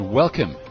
welcome